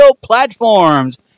platforms